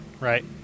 Right